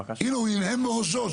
הנה, הוא הנהן בראשו.